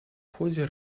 ходе